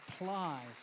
applies